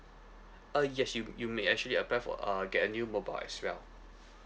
uh yes you you may actually apply for uh get a new mobile as well